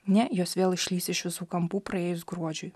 ne jos vėl išlįs iš visų kampų praėjus gruodžiui